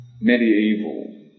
Medieval